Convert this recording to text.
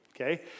okay